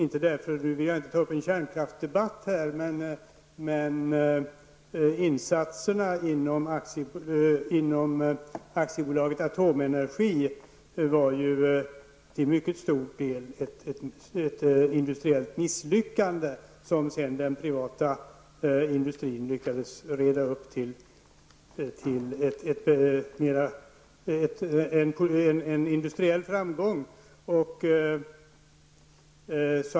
Jag vill nu inte ta upp en kärnkraftsdebatt här, men insatserna inom aktiebolaget Atom Energi var ju till mycket stor del ett misslyckande, som sedan den privata industrin lyckades omvandla till en industriell framgång.